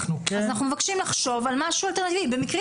אנחנו כן --- אז אנחנו מבקשים לחשוב על משהו אלטרנטיבי במקרים